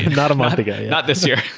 not a month ago not this year.